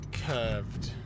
curved